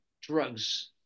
drugs